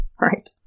right